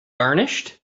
garnished